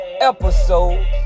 episode